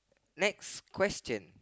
next question